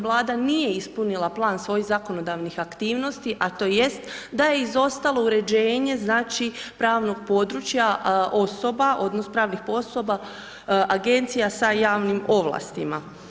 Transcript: Vlada nije ispunila plan svojih zakonodavnih aktivnosti, a to jest da je izostalo uređenje, znači pravog područja, osoba, odnos pravnih osoba, agencija sa javnim ovlastima.